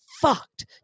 fucked